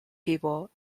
people